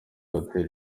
hotel